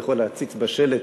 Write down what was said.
יכול להציץ בשלט